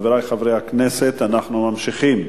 חברי חברי הכנסת, אנחנו ממשיכים